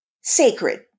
sacred